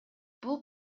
бул